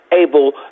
able